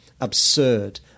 absurd